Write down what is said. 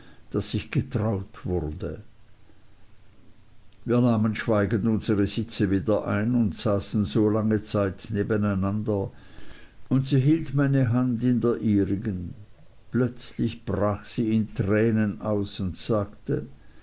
daß ich getraut wurde wir nahmen schweigend unsere sitze wieder ein und saßen so lange zeit nebeneinander und sie hielt meine hand in der ihrigen plötzlich brach sie in tränen aus und sagte